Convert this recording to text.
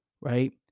right